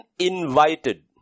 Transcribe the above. uninvited